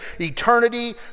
eternity